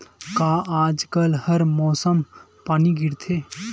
का आज कल हर मौसम पानी गिरथे?